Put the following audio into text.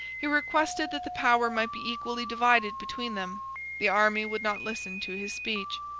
he requested that the power might be equally divided between them the army would not listen to his speech.